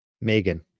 Megan